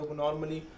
normally